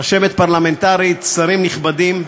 רשמת פרלמנטרית, שרים נכבדים,